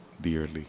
dearly